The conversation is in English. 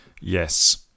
yes